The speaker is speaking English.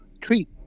treat